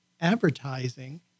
advertising